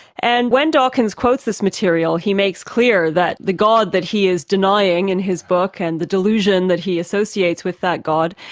and when dawkins quotes this material, he makes clear that the god that he is denying in his book and the delusion that he associates with that god,